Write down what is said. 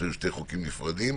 שהם ני חוקים נפרדים,